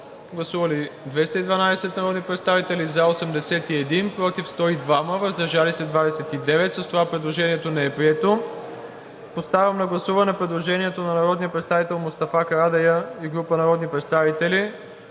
Гласували 211 народни представители: за 80, против 99, въздържали се 32. С това предложението не е прието. Поставям на гласуване предложението на народния представител Десислава Атанасова и група народни представители